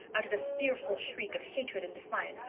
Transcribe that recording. uttered a fearful shriek of hatred and defiance,